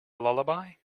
lullaby